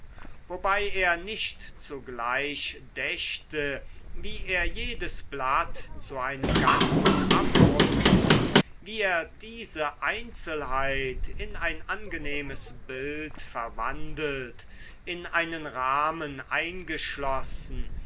wobei er nicht zugleich dächte wie er jedes blatt zu einem ganzen abrunden wie er diese einzelnheit in ein angenehmes bild verwandelt in einen rahmen eingeschlossen